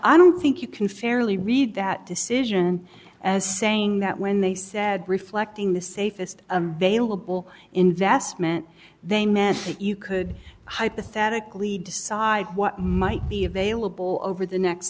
i don't think you can fairly read that decision as saying that when they said reflecting the safest they will bill investment they met you could hypothetically decide what might be available over the next